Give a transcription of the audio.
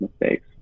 mistakes